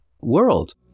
world